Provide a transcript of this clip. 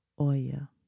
Oya